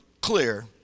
clear